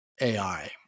AI